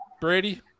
Brady